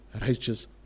righteous